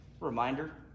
Reminder